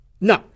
No